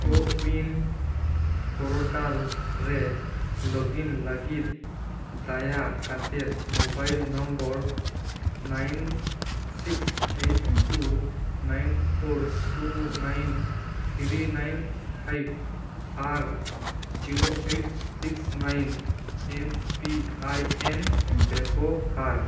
CoWIN portal ᱨᱮ login ᱞᱟᱹᱜᱤᱫ ᱫᱟᱭᱟᱟᱛᱮ mobile number nine six eight two nine four two nine three nine five ᱟᱨ zero eight six nine M P I N ᱵᱮᱵᱚᱦᱟᱨ